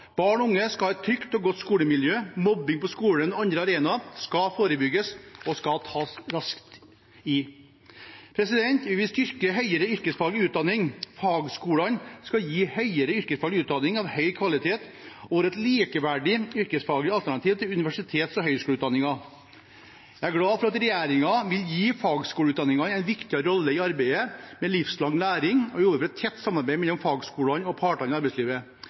et trygt og godt skolemiljø. Mobbing på skolen og andre arenaer skal forebygges og tas tak i raskt. Vi vil styrke høyere yrkesfaglig utdanning. Fagskolene skal gi høyere yrkesfaglig utdanning av høy kvalitet og være et likeverdig yrkesfaglig alternativ til universitets- og høyskoleutdanning. Jeg er glad for at regjeringen vil gi fagskoleutdanningene en viktigere rolle i arbeidet med livslang læring og jobbe for et tett samarbeid mellom fagskolene og partene i arbeidslivet.